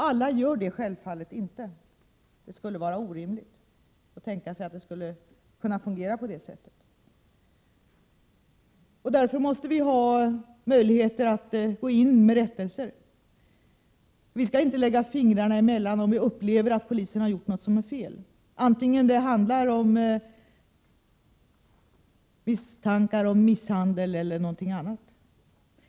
Alla gör det självfallet inte — det vore orimligt att förutsätta. Därför måste vi ha möjlighet att gå in med rättelser. Vi skall inte lägga fingrarna emellan om vi upplever att polisen har gjort någonting som är fel, vare sig det handlar om misstankar om misshandel eller någonting annat.